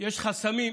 יש חסמים.